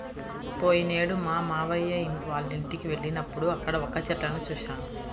పోయినేడు మా మావయ్య వాళ్ళింటికి వెళ్ళినప్పుడు అక్కడ వక్క చెట్లను చూశాను